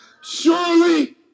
Surely